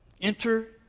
enter